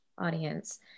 audience